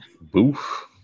Boof